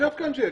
יושב פה ג'קי,